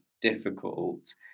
difficult